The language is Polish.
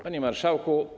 Panie Marszałku!